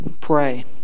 Pray